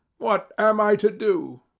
what am i to do?